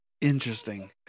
Interesting